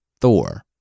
Thor